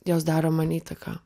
jos daro man įtaką